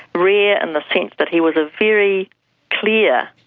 rare in the sense that he was a very clear,